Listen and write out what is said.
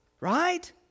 Right